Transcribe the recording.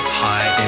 high